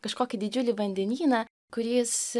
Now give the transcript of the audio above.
kažkokį didžiulį vandenyną kuris